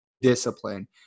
discipline